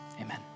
amen